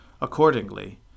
Accordingly